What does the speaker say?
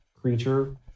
creature